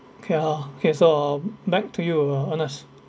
okay uh okay so uh back to you uh ernest